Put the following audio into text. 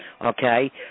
Okay